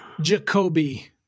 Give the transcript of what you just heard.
Jacoby